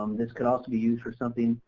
um this could also be used for something,